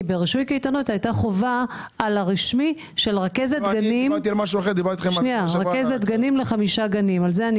ברישוי קייטנות הייתה חובה על הרשמי של רכזת גנים לחמישה גנים.